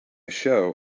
show